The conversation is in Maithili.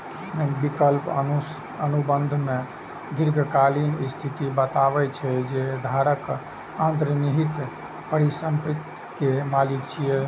विकल्प अनुबंध मे दीर्घकालिक स्थिति बतबै छै, जे धारक अंतर्निहित परिसंपत्ति के मालिक छियै